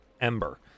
Ember